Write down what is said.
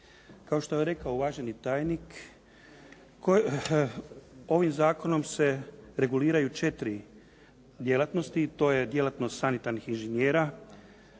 Kao što je rekao uvaženi tajnik, ovim zakonom se reguliraju četiri djelatnosti, to je djelatnost sanitarnih inženjera,